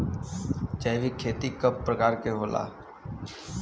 जैविक खेती कव प्रकार के होला?